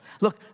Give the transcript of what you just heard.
Look